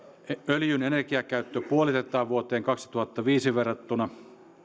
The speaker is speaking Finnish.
öljyn energiakäyttö puolitetaan vuoteen kaksituhattaviisi verrattuna